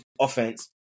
offense